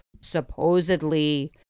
supposedly